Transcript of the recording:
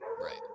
Right